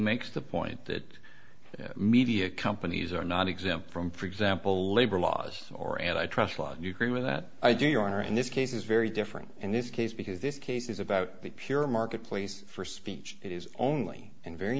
makes the point that media companies are not exempt from for example labor laws or and i trust you agree with that i do your honor and this case is very different in this case because this case is about the pure marketplace for speech it is only in very